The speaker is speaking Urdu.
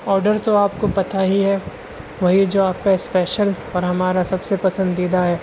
آڈر تو آپ کو پتہ ہی ہے وہی جو آپ کا اسپیشل اور ہمارا سب سے پسندیدہ ہے